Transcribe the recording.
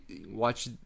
watch